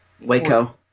Waco